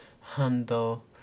handle